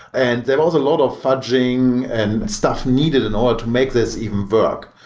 and there was a lot of fudging and stuff needed in order to make this even work.